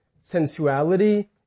sensuality